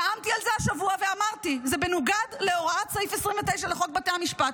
נאמתי על זה השבוע ואמרתי: זה מנוגד להוראת סעיף 29 לחוק בתי המשפט,